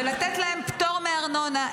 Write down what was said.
לתת להם פטור מארנונה.